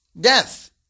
Death